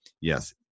Yes